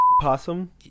Possum